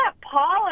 paul